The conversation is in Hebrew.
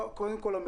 קודם כול,